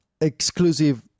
exclusive